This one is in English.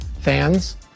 fans